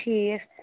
ٹھیٖک